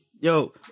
Yo